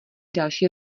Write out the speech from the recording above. další